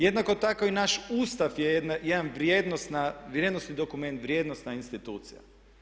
Jednako tako i naš Ustav je jedan vrijednosni dokument, vrijednosna institucija.